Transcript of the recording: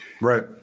Right